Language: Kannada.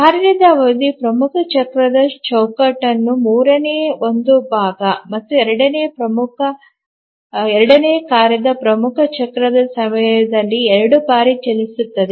ಕಾರ್ಯದ ಅವಧಿ ಪ್ರಮುಖ ಚಕ್ರದ ಚೌಕಟ್ಟುಗಳಲ್ಲಿ ಮೂರನೇ ಒಂದು ಭಾಗ ಮತ್ತು ಎರಡನೇ ಕಾರ್ಯವು ಪ್ರಮುಖ ಚಕ್ರದ ಸಮಯದಲ್ಲಿ 2 ಬಾರಿ ಚಲಿಸುತ್ತದೆ